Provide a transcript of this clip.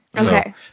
Okay